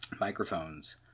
Microphones